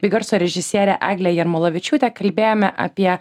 bei garso režisiere egle jarmolavičiūte kalbėjome apie